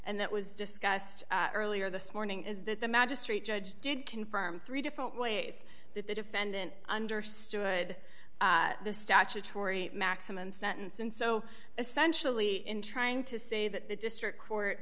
and that was discussed earlier this morning is that the magistrate judge did confirm three different ways that the defendant understood the statutory maximum sentence and so essentially in trying to say that the district court